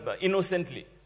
innocently